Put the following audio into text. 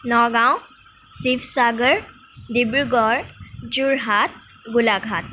Nagaon Sivasagar Dibrugarh Jorhat Golaghat